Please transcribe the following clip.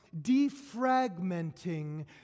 defragmenting